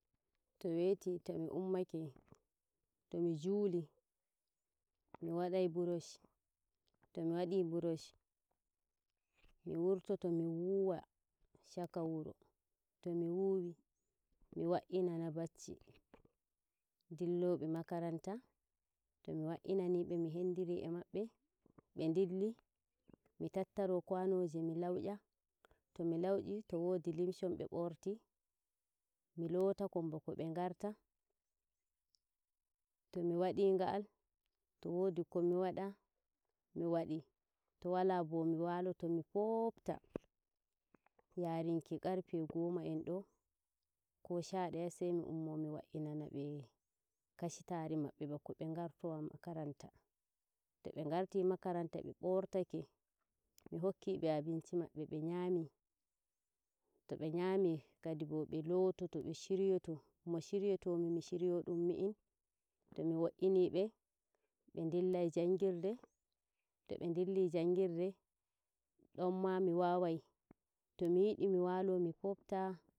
To weyti to mi ummake, mi juuli mi waɗai brush to mi wadi bursh mi wortoto mi wuwa shaka wuro to mi wuwi mi wa'inana bacci ndillo ɓe makaranta to mi'wa'inani be mi hendiri e mabbe be ndilli mi tattaro kwanajo mi lauya, to mi lauyi to wodi linshon be borti mi loota kon bako be ngarta to mi wodi ngal to wodi ko mi waɗa, mi wadi, to wala bo mi waloto mi fotfta yaruki qarfe goma en doo ko shadaya sai mi ummo mi wa'inana be kashitari maɓɓe bako be ngarta makaranta. To be ngarti makaranta bo bortaki mi hokki be abinci maɓɓe be nyami to be nyami kadibo be lototo be shiryoto to mi wo wo'ini be be ndillai njangirde to be ndilli jangirde don ma mi wawai to mi yidi mi walo mi fofta